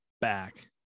back